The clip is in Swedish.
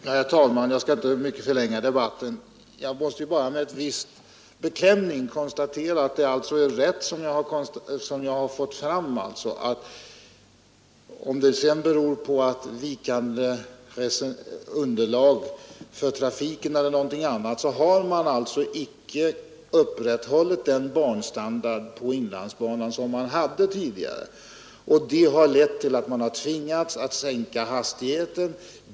Herr talman! Jag skall inte mycket förlänga debatten. Jag måste bara med en viss beklämning konstatera att det alltså är så att man icke upprätthållit den standard på inlandsbanan som man tidigare hade, vare sig det nu beror på vikande trafikunderlag eller något annat. Detta har lett till att man tvingats sänka hastigheten.